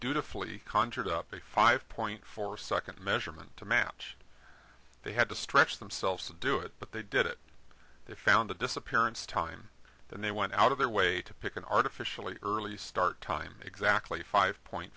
do to flee conjured up a five point four second measurement to match they had to stretch themselves to do it but they did it they found the disappearance time and they went out of their way to pick an artificially early start time exactly five point